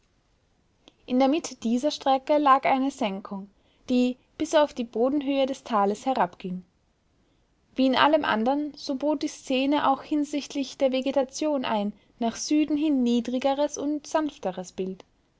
in der mitte dieser strecke lag eine senkung die bis auf die bodenhöhe des tales herabging wie in allem andern so bot die szene auch hinsichtlich der vegetation ein nach süden hin niedrigeres und sanfteres bild